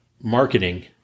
marketing